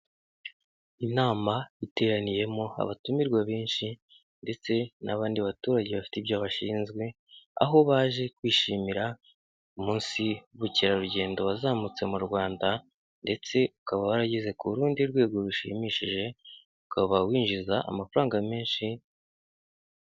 Inama iteraniyemo abatumirwa benshi ndetse n'abandi baturage bafite ibyo bashinzwe, aho baje kwishimira umunsi w'ubukerarugendo wazamutse mu Rwanda ndetse ukaba warageze ku rundi rwego rushimishije, ukaba winjiza amafaranga menshi.